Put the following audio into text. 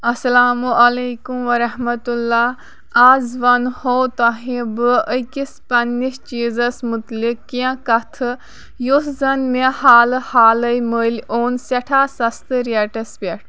اسلام علیکم ورحمۃ اللہ آز ووٚن ہو تۄہہِ بہٕ أکِس پَنٕنِس چیٖزَس مُتلِق کیٚنٛہہ کَتھٕ یُس زَن مےٚ حالہٕ حالے مٔلۍ اوٚن سٮ۪ٹھاہ سَستہٕ ریٹس پٮ۪ٹھ